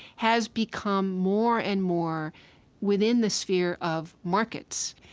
has become more and more within the sphere of markets.